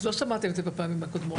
לא שמעתם את זה בפעמים הקודמות.